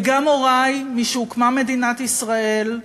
וגם הורי, משהוקמה מדינת ישראל,